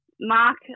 mark